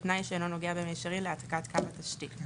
בתנאי שאינו נוגע במישירי להעתקת קו התשתית.